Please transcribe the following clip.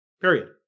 period